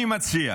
אני מציע